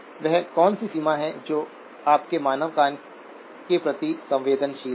वह कौन सी सीमा है जो आपके मानव कान के प्रति संवेदनशील है